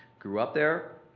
grew up there,